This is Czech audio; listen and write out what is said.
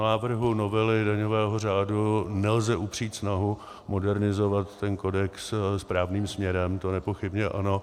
Návrhu novely daňového řádu nelze upřít snahu modernizovat ten kodex správným směrem, to nepochybně ano.